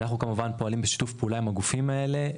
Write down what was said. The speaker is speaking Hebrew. אנחנו כמובן פועלים בשיתוף פעולה עם הגופים האלה,